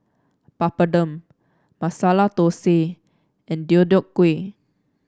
Papadum Masala Dosa and Deodeok Gui